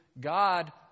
God